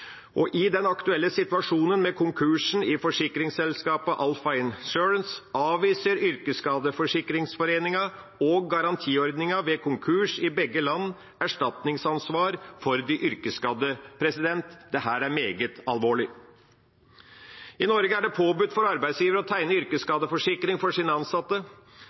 og i den aktuelle situasjonen med konkursen i forsikringsselskapet Alpha Insurance AS avviser Yrkesskadeforsikringsforeningen og garantiordningen ved konkurs i begge land erstatningsansvar for de yrkesskadde. Dette er meget alvorlig. I Norge er det påbudt for arbeidsgivere å tegne yrkesskadeforsikring for sine ansatte.